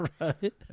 right